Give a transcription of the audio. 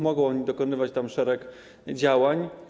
Mogą oni dokonywać tam szeregu działań.